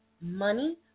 money